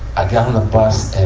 i got on the bus,